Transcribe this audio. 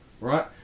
right